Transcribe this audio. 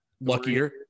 luckier